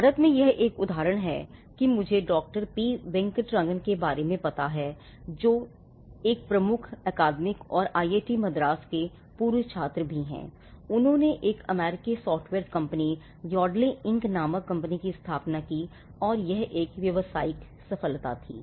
भारत में यह एक उदाहरण है कि मुझे डॉ पी वेंकट रंगन के बारे में पता है जो एक हैं प्रमुख अकादमिक और आईआईटी मद्रास के पूर्व छात्र भी हैंउन्होंने एक अमेरिकी सॉफ्टवेयर कंपनी योडली इंक नामक कंपनी की स्थापना की और यह एक व्यावसायिक सफलता थी